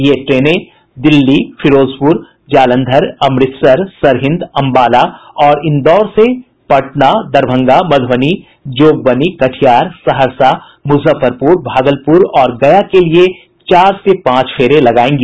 ये ट्रेनें दिल्ली फिरोजपुर जालंधर अमृतसर सरहिंद अम्बाला और इंदौर से पटना दरभंगा मधुबनी जोगबनी कटिहार सहरसा मुजफ्फरपुर भागलपुर और गया के लिए चार से पांच फेरे लगायेंगी